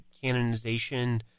canonization